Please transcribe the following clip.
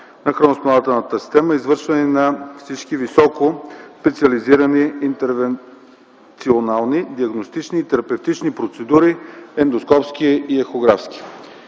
на храносмилателната система, извършване на всички високоспециализирани интервенционални диагностични и терапевтични процедури, ендоскопски и ехографски.